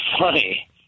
funny